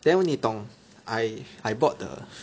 then when 你懂 I I bought the